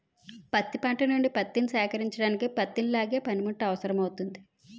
పత్తి పంట నుండి పత్తిని సేకరించడానికి పత్తిని లాగే పనిముట్టు అవసరమౌతుంది